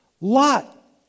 Lot